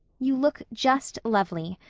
you look just lovely.